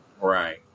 Right